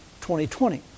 2020